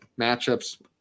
Matchups